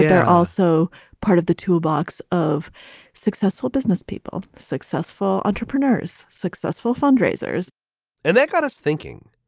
they're also part of the toolbox of successful business people. successful entrepreneurs, successful fundraisers and that got us thinking.